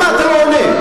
למה אתה לא עונה?